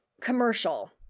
commercial